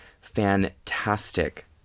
fantastic